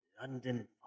London